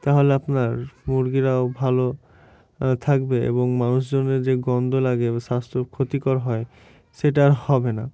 তাহলে আপনার মুরগিরাও ভালো থাকবে এবং মানুষজনের যে গন্ধ লাগে বা স্বাস্থ্য ক্ষতিকর হয় সেটা আর হবে না